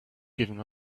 giving